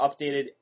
updated